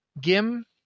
Gim